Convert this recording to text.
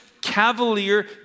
cavalier